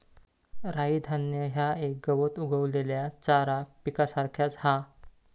राई धान्य ह्या एक गवत उगवलेल्या चारा पिकासारख्याच हा